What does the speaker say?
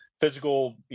Physical